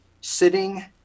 sitting